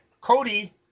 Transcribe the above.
cody